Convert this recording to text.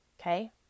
Okay